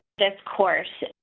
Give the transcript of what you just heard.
this course.